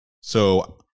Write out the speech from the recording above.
So-